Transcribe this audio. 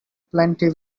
plenty